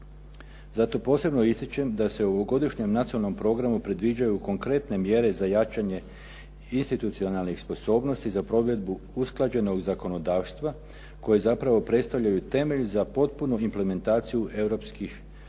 Zato posebno ističem da se u ovogodišnjem Nacionalnom programu predviđaju konkretne mjere za jačanje institucionalnih sposobnosti za provedbu usklađenog zakonodavstva koje zapravo predstavljaju temelj za potpunu implementaciju europskih propisa.